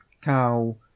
cow